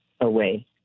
away